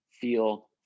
feel